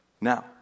Now